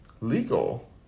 legal